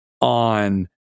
on